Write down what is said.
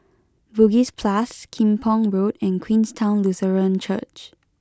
Bugis plus Kim Pong Road and Queenstown Lutheran Church